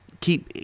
Keep